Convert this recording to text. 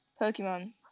Pokemon